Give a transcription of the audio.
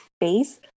face